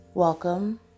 Welcome